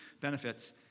benefits